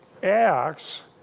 Acts